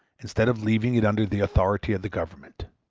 instead of leaving it under the authority of the government.